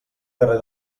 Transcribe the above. carrer